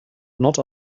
not